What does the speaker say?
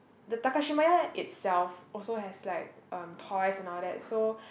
the Takashimaya itself also has like um toys and all that so